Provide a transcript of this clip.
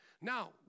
Now